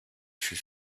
fut